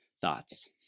thoughts